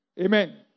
Amen